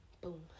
Boom